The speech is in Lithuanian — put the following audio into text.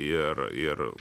ir ir